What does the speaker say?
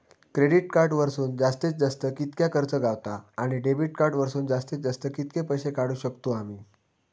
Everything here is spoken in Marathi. क्रेडिट कार्ड वरसून जास्तीत जास्त कितक्या कर्ज गावता, आणि डेबिट कार्ड वरसून जास्तीत जास्त कितके पैसे काढुक शकतू आम्ही?